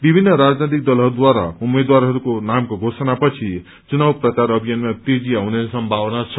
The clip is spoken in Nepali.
विमित्र राजनैतिक दलहरूद्वारा उम्मेद्वारहरूको नामको घोषणा पछि चुनाव प्रचार अभियानमा तेजी आउने सम्भावना छ